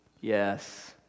Yes